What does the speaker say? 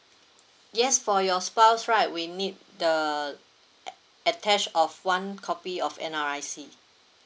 yes for your spouse right we need the a~ attach of one copy of N_R_I_C